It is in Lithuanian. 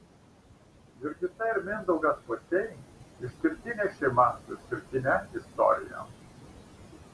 jurgita ir mindaugas pociai išskirtinė šeima su išskirtine istorija